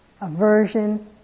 Aversion